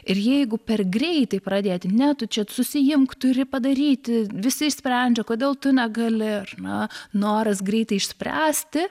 ir jeigu per greitai pradėti ne tu čia susiimk turi padaryti visi išsprendžia kodėl tu negali ar ne noras greitai išspręsti